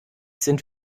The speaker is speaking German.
sind